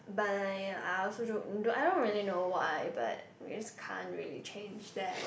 but ya I also don't I don't really know why but we just can't really change that